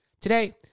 Today